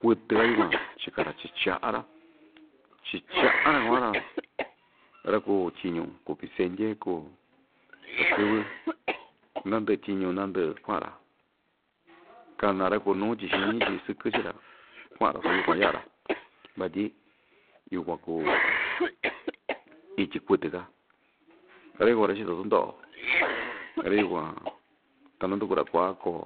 kuɨtɨ‑ka yukuan chika‑ra chi'in cha'a‑ra chi cha'a‑ra kua'an‑ra ra‑kuu tyiñu kuu pisendye kuu takɨ́vɨ nandɨ'ɨ tyiñu nandɨ'ɨ kua'an‑ra kana ra‑kuu nuu ityi xiñi ityi sɨkɨ chii‑ra kua'an‑ra so yukuan ya'a‑ra vatyi yukuan kuu ityi kuɨtɨ‑ka ra‑yukuan ra‑chito tundo'o ra‑yukuan ta nanduku‑ra ku'a koo